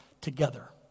together